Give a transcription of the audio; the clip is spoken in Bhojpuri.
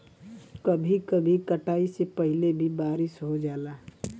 कभी कभी कटाई से पहिले भी बारिस हो जाला